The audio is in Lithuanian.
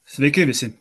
sveiki visi